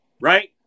right